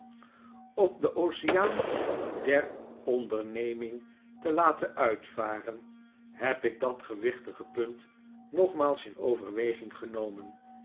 op den oceaan der onderneming te laten uitvaren heb ik dat gewichtige punt nogmaals in overweging genomen